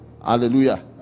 Hallelujah